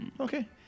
Okay